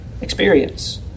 experience